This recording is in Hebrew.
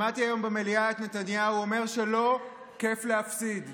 שמעתי היום במליאה את נתניהו אומר שלא כיף להפסיד.